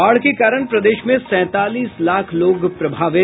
बाढ़ के कारण प्रदेश में सैंतालीस लाख लोग प्रभावित